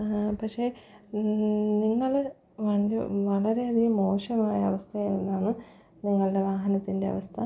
പക്ഷെ നിങ്ങൾ വണ്ടി വളരെയധികം മോശമായ അവസ്ഥയായിരുന്നു അതു നിങ്ങളുടെ വാഹനത്തിന്റവസ്ഥ